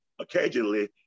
occasionally